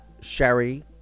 Sherry